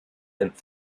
and